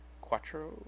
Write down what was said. quattro